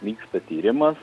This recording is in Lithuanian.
vyksta tyrimas